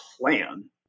plan